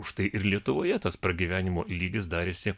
užtai ir lietuvoje tas pragyvenimo lygis darėsi